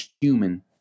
human